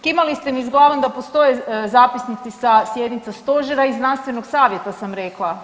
Kimali ste mi s glavom da postoje zapisnici sa sjednica Stožera i Znanstvenog savjeta sam rekla.